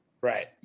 Right